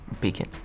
Beacon